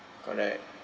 correct